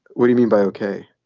what you mean by ok?